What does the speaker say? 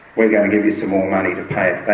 we're going to give you some more money to pay